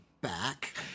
back